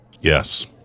Yes